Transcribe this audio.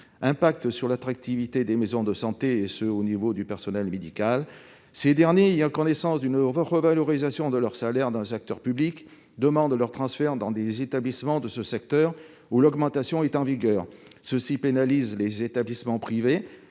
impact touche l'attractivité des maisons de santé, en particulier pour les personnels médicaux. Ces derniers ayant connaissance d'une revalorisation des salaires dans le secteur public demandent leur transfert dans des établissements de ce secteur, où l'augmentation est en vigueur. Voilà qui pénalise les établissements privés,